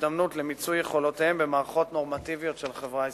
הזדמנות למיצוי יכולותיהם במערכות נורמטיביות של החברה הישראלית.